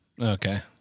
Okay